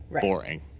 boring